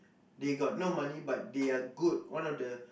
they got no money but they're good one of the